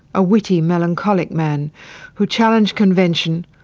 a witty melancholic man who challenged convention,